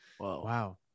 Wow